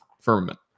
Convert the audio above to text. firmament